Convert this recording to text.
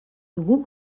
dugu